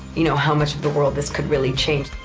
you know how much of the world this could really change.